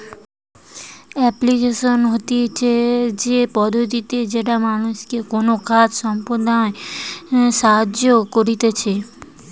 application হতিছে সে পদ্ধতি যেটা মানুষকে কোনো কাজ সম্পদনায় সাহায্য করতিছে